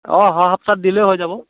অঁ অহা সপ্তাহত দিলেই হৈ যাব